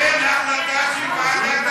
אין החלטה של ועדת